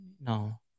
No